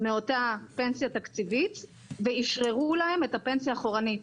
מאותה פנסיה תקציבית ואשררו להם את הפנסיה אחורנית.